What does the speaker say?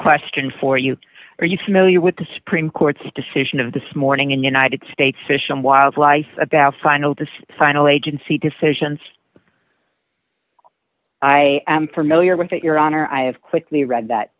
question for you are you familiar with the supreme court's decision of this morning in united states fish and wildlife about final decision final agency decisions i am familiar with that your honor i have quickly read that